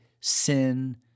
sin